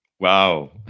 Wow